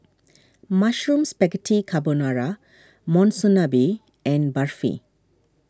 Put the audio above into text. Mushroom Spaghetti Carbonara Monsunabe and Barfi